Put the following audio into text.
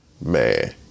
man